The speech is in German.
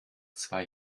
zwei